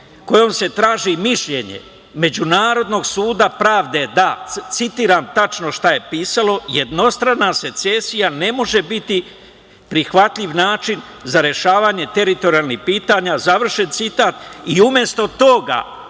kojom se traži mišljenje Međunarodnog suda pravde da, citiram tačno šta je pisalo: „Jednostrana secesija ne može biti prihvatljiv način za rešavanje teritorijalnih pitanja“ završen citat. Umesto toga,